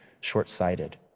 short-sighted